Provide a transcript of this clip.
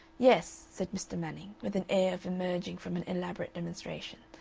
yes, said mr. manning, with an air of emerging from an elaborate demonstration,